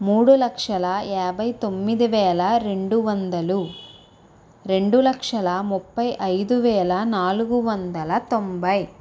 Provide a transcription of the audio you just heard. మూడు లక్షల యాభై తొమ్మిది వేల రెండు వందలు రెండు లక్షల ముప్పై ఐదువేల నాలుగు వందల తొంభై